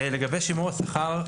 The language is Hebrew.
בנוגע לשימור השכר.